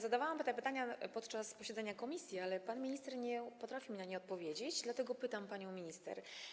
Zadawałam pytania podczas posiedzenia komisji, ale pan minister nie potrafił mi na nie odpowiedzieć, dlatego pytam panią minister.